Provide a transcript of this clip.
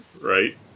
Right